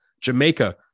Jamaica